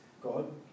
God